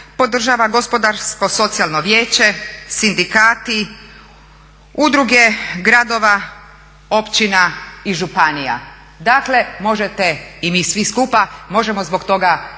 podržava GONG, podržava GSV, sindikati, udruge gradova, općina i županija. Dakle možete, i mi svi skupa, možemo zbog toga biti